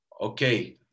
okay